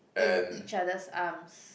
in each other's arms